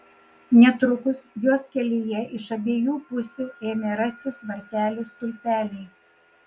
netrukus jos kelyje iš abiejų pusių ėmė rastis vartelių stulpeliai